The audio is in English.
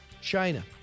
China